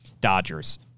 Dodgers